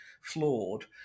flawed